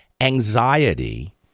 anxiety